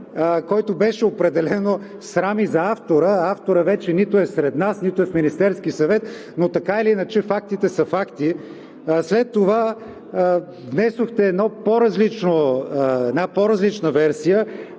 който беше определено срам и за автора. А авторът нито е сред нас, нито е в Министерския съвет, но така или иначе фактите са факти. След това внесохте една по-различна версия,